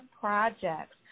projects